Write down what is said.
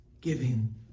giving